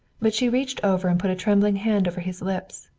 but she reached over and put a trembling hand over his lips.